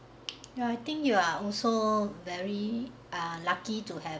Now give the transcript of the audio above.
ya I think you are also very ah lucky to have